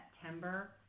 September